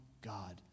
God